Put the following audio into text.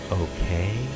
okay